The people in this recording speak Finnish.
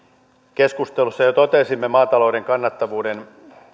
keskustelussa jo totesimme maatalouden kannattavuuden